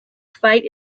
fight